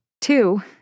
Two